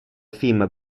film